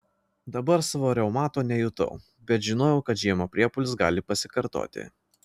dabar savo reumato nejutau bet žinojau kad žiemą priepuolis gali pasikartoti